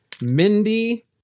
Mindy